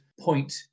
point